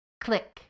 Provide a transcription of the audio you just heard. Click